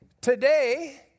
today